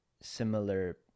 similar